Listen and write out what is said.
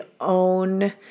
own